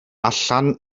allan